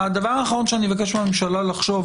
הדבר האחרון שאני מבקש מהממשלה לחשוב,